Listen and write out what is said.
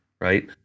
right